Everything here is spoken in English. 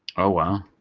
oh wow